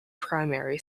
primary